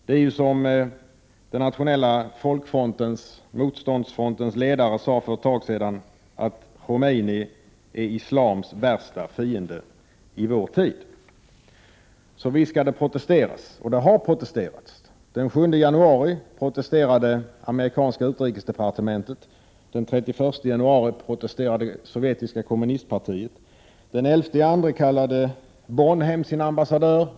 Det är som den nationella motståndsfrontens ledare sade för ett tag sedan, att Khomeini är islams värsta fiende i vår tid. Visst skall det protesteras. Och det har protesterats. Den 7 januari protesterade amerikanska utrikesdepartementet. Den 31 januari protesterade sovjetiska kommunistpartiet. Den 11 februari kallade Bonn hem sin ambassadör.